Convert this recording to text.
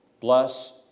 Bless